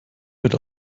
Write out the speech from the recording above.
wird